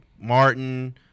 Martin